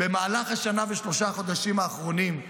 במהלך השנה ושלושה חודשים האחרונים,